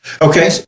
Okay